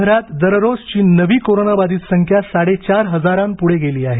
शहरात दररोजची नवी करोना बाधित संख्या साडेचार हजारापुढे गेली आहे